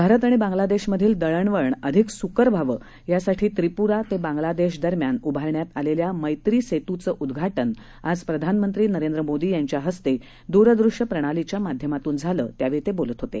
भारत आणि बांगलादेशमधील दळणवळण अधिक सुकर व्हावं यासाठी त्रिपुरा ते बांगलादेश दरम्यान उभारण्यात आलेल्या मैत्री सेतूचं उद्घाटन आज प्रधानमंत्री नरेंद्र मोदी यांच्या हस्ते दूरदृश्य प्रणालीच्या माध्यमातून झालं त्यावेळी ते बोलत होते